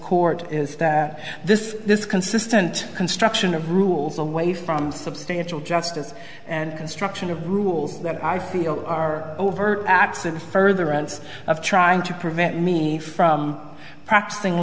court is that this is consistent construction of rules away from substantial justice and construction of rules that i feel are overt acts of the further ends of trying to prevent me from practicing